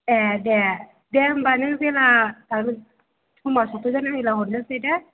ए दे दे होनबा नों जेब्ला थाङो समा सफैगोन अब्ला हरनोसै दे